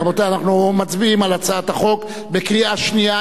רבותי, אנחנו מצביעים על הצעת החוק בקריאה שנייה.